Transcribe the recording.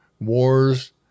wars